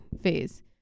phase